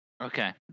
Okay